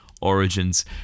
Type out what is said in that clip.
origins